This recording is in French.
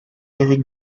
erik